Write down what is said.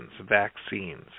vaccines